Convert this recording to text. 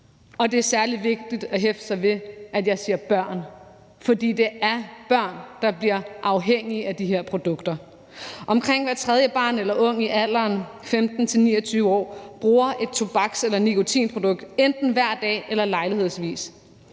Og det er særlig vigtigt at hæfte sig ved, at jeg siger børn, for det er børn, der bliver afhængige af de her produkter. Omkring hver tredje barn eller ung i alderen 15-29 år bruger et tobaks- eller nikotinprodukt enten hver dag eller lejlighedsvis,